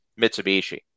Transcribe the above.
Mitsubishi